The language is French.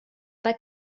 pas